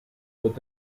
would